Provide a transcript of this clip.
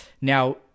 Now